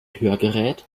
hörgerät